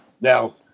Now